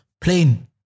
plain